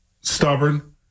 stubborn